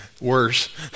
worse